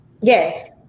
Yes